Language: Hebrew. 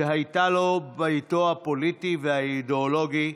שהייתה לו ביתו הפוליטי והאידיאולוגי,